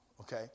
okay